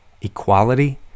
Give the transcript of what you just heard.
equality